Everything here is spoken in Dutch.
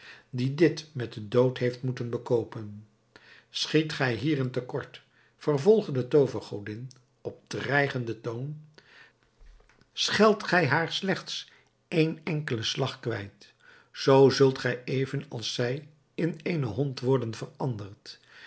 die dit met den dood heeft moeten bekoopen schiet gij hierin te kort vervolgde de toovergodin op dreigenden toon scheldt gij haar slechts een enkelen slag kwijt zoo zult gij even als zij in eenen hond worden veranderd